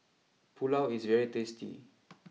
Pulao is very tasty